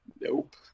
Nope